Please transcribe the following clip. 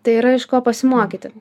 tai yra iš ko pasimokyti